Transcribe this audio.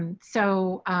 and so,